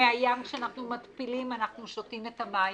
מהים שאנחנו מתפילים אנחנו שותים את המים,